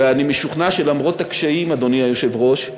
ואני משוכנע שלמרות הקשיים, אדוני היושב-ראש,